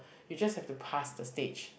you just have to pass the stage